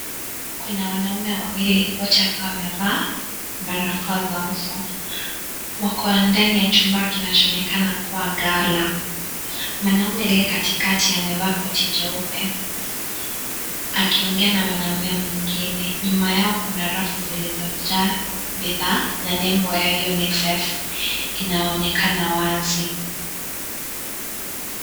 Kuna wanaume wawili, wote wakiwa wamevaa barakoa za uso. Wako ndani ya chumba kinachoonekana kuwa gala. Mwanaume aliye katikati amevaa koti jeupe, akiongea na mwanaume mwingine. Nyuma yao kuna rafu zilizojaa bidhaa na nembo ya UNICEF, inaonekana wazi.